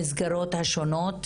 המסגרות השונות,